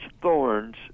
thorns